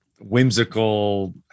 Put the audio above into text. whimsical